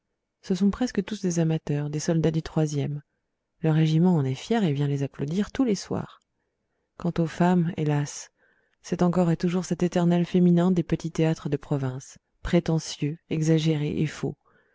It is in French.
ce sont presque tous des amateurs des soldats du e le régiment en est fier et vient les applaudir tous les soirs quant aux femmes hélas c'est encore et toujours cet éternel féminin des petits théâtres de province prétentieux exagéré et faux